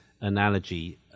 analogy